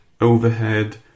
overhead